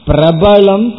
Prabalam